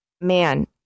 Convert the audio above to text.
man